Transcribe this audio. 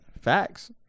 facts